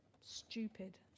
stupid